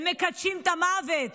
הם מקדשים את המוות,